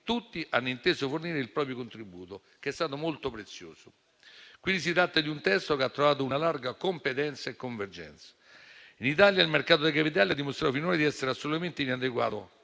Tutti hanno inteso fornire il proprio contributo, che è stato molto prezioso. Si tratta quindi di un testo che ha trovato una larga competenza e convergenza. In Italia il mercato dei capitali ha dimostrato finora di essere assolutamente inadeguato